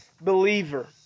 believer